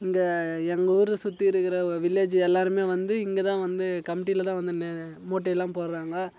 இங்கே எங்கள் ஊர் சுற்றி இருக்கிற வில்லேஜ் எல்லாருமே வந்து இங்கேதான் வந்து கமிட்டியிலதான் வந்து நெ மூட்டையெல்லாம் போடுறாங்க